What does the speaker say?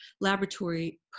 laboratory